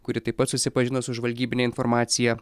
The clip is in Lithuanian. kuri taip pat susipažino su žvalgybine informacija